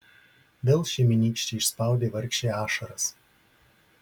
vėl šeimynykščiai išspaudė vargšei ašaras